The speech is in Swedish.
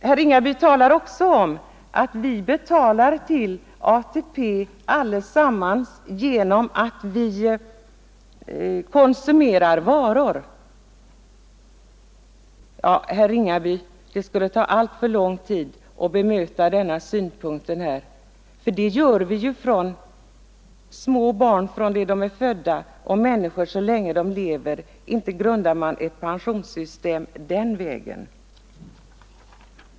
Herr Ringaby talar också om att vi betalar till ATP allesammans genom att vi konsumerar varor. Ja, herr Ringaby, det skulle ta alltför lång tid att bemöta denna synpunkt. Konsumerar gör vi ju från det vi är födda och så länge vi lever. Inte grundar man ett pensionssystem den vägen.